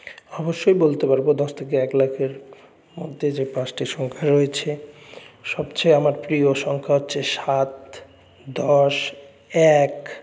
অবশ্যই বলতে পারব দশ থেকে এক লাখের মধ্যে যে পাঁচটি সংখ্যা রয়েছে সবচেয়ে আমার প্রিয় সংখ্যা হচ্ছে সাত দশ এক